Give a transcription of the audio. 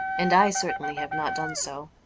and i certainly have not done so.